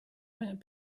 met